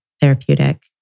therapeutic